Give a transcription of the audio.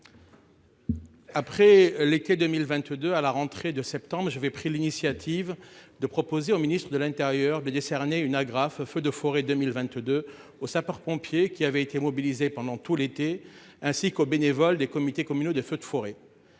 Après l'été 2022, à la rentrée de septembre, j'avais pris l'initiative de proposer au ministre de l'intérieur de décerner une agrafe « Feux de forêt 2022 » aux sapeurs-pompiers qui avaient été mobilisés pendant tout l'été, ainsi qu'aux bénévoles des comités communaux des feux de forêt.